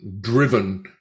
driven